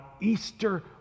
Easter